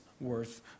worth